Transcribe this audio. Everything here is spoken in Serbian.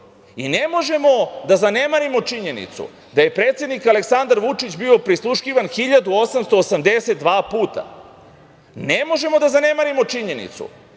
Ne možemo da zanemarimo činjenicu da je predsednik Aleksandar Vučić bio prisluškivan 1882 puta. Ne možemo da zanemarimo činjenicu